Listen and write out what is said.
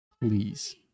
Please